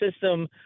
system